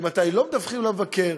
ממתי לא מדווחים למבקר,